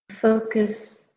Focus